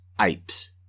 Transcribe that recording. apes